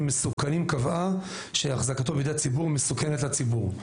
מסוכנים קבעה שהחזקתו בידי הציבור מסוכנת לציבור,